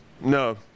no